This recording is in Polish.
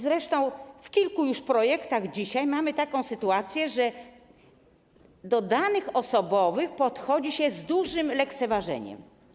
Zresztą w kilku już projektach dzisiaj mamy taką sytuację, że do danych osobowych podchodzi się z dużym lekceważeniem.